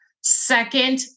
second